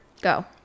Go